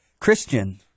Christian